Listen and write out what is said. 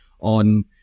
on